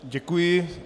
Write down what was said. Děkuji.